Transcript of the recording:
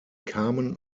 kamen